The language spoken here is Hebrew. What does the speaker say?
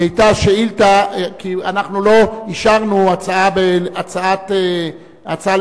כי אנחנו לא אישרנו הצעה לסדר-היום,